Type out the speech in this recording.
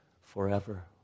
forever